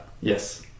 Yes